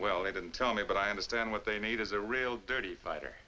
well they didn't tell me but i understand what they need is a real dirty fighter